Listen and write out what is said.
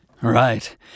Right